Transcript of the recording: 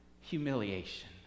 humiliation